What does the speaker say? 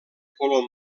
color